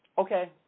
okay